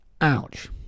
Ouch